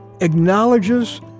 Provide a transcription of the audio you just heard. acknowledges